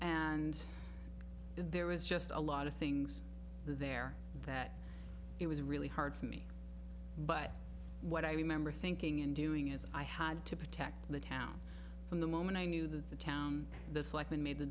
and there was just a lot of things there that it was really hard for me but what i remember thinking in doing is i had to protect the town from the moment i knew that the town the selectmen made the